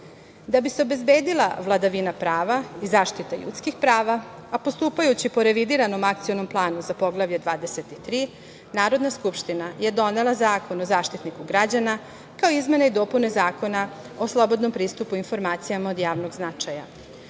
bi se obezbedila vladavina prava i zaštita ljudskih prava, a postupajući po revidiranom Akcionom planu za Poglavlje 23, Narodna skupština je donela Zakon o Zaštitniku građana, kao izmene i dopune Zakona o slobodnom pristupu informacijama od javnog značaja.U